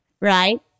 Right